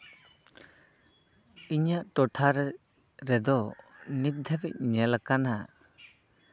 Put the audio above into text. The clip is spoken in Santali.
ᱤᱧᱟᱹᱜ ᱴᱚᱴᱷᱟᱨᱮ ᱨᱮᱫᱚ ᱱᱤᱛ ᱫᱷᱟᱹᱵᱤᱡ ᱧᱮᱞ ᱟᱠᱟᱱᱟ